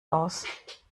aus